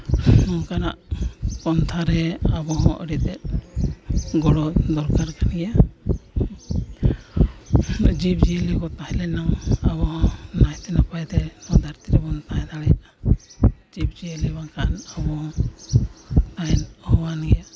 ᱱᱚᱝᱠᱟᱱᱟᱜ ᱯᱚᱱᱛᱷᱟ ᱨᱮ ᱟᱵᱚ ᱦᱚᱸ ᱟᱹᱰᱤ ᱛᱮᱫ ᱜᱚᱲᱚ ᱫᱚᱨᱠᱟᱨ ᱠᱟᱱ ᱜᱮᱭᱟ ᱡᱤᱵᱽᱼᱡᱤᱭᱟᱹᱞᱤ ᱠᱚ ᱛᱟᱦᱮᱸ ᱞᱮᱱ ᱮᱱᱟ ᱟᱵᱚ ᱦᱚᱸ ᱱᱟᱭᱛᱮ ᱱᱟᱯᱟᱭᱛᱮ ᱱᱚᱣᱟ ᱫᱷᱟᱹᱨᱛᱤ ᱨᱮᱵᱚᱱ ᱛᱟᱦᱮᱸ ᱫᱟᱲᱮᱭᱟᱜᱼᱟ ᱡᱤᱵᱽᱼᱡᱤᱭᱟᱹᱞᱤ ᱵᱟᱝᱠᱷᱟᱱ ᱟᱵᱚ ᱦᱚᱸ ᱛᱟᱦᱮᱱ ᱚᱦᱚᱣᱟᱱ ᱜᱮᱭᱟ